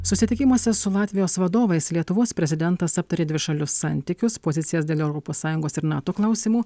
susitikimuose su latvijos vadovais lietuvos prezidentas aptarė dvišalius santykius pozicijas dėl europos sąjungos ir nato klausimų